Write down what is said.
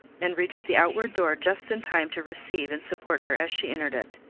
and reached the outward door just in time to receive and support her as she entered it.